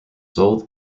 sold